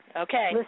Okay